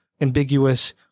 ambiguous